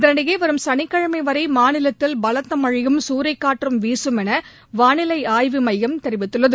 இதனிடையே வரும் சனிக்கிழமை வரை மாநிலத்தில் பலத்த மழையும் சூறைக்காற்றும் வீசும் என வானிலை ஆய்வு மையம் தெரிவித்துள்ளது